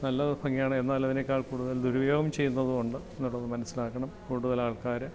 നല്ലതൊക്കെയാണ് എന്നാലും അതിനേക്കാൾ കൂടുതൽ ദുരുപയോഗം ചെയ്യുന്നതുമുണ്ട് എന്നുള്ളതു മനസ്സിലാക്കണം കൂടുതലാൾക്കാര്